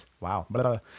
Wow